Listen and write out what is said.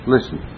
Listen